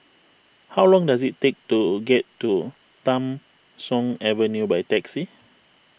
how long does it take to get to Tham Soong Avenue by taxi